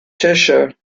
cheshire